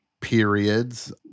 periods